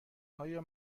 آیا